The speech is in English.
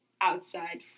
outside